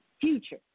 future